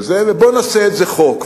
בואו נעשה את זה חוק,